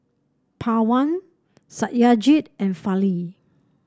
Pawan Satyajit and Fali